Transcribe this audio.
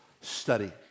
study